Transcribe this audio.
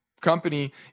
company